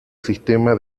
sistema